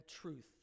truth